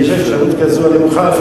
אם יש אפשרות כזאת אני מוכן,